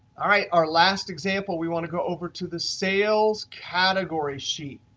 all right, our last example, we want to go over to the sales category sheet.